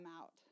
out